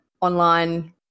online